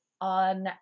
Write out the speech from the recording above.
on